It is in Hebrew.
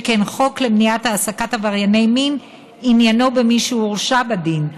שכן החוק למניעת העסקת עברייני מין עניינו במי שהורשע בדין,